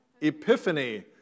Epiphany